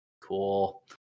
cool